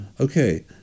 okay